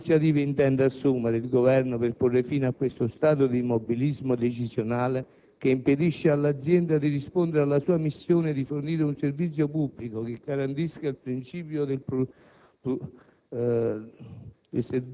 quali iniziative intende assumere il Governo per porre fine a questo stato di immobilismo decisionale, che impedisce all'Azienda di rispondere alla sua missione di fornire un servizio pubblico che garantisca il principio del pluralismo